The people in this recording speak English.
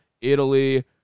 Italy